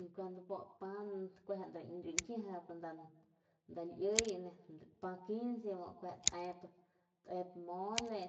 Y kun nda pa rankijip nda liy te mole nda liy lapa 15 tep mole